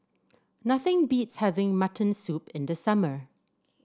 nothing beats having Mutton Soup in the summer